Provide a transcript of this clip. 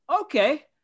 okay